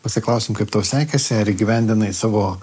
pasiklausim kaip tau sekėsi ar įgyvendinai savo